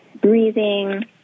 breathing